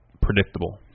predictable